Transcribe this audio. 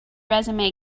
resume